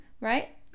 right